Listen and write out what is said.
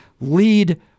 lead